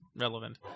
relevant